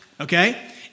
okay